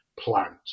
plant